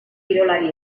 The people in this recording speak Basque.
kirolari